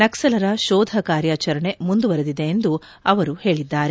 ನಕ್ಪಲರ ಶೋಧ ಕಾರ್ಯಾಚರಣೆ ಮುಂದುವರೆದಿದೆ ಎಂದು ಅವರು ತಿಳಿಸಿದ್ದಾರೆ